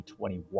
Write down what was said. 2021